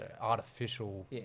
Artificial